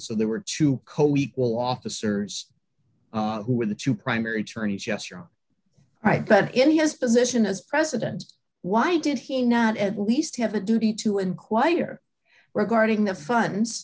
so there were two co equal officers who were the two primary tourney's yes you're right but in his position as president why did he not at least have a duty to inquire regarding the funds